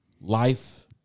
life